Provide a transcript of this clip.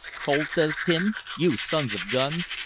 cold, says tim, you sons of guns!